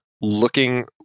looking